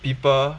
people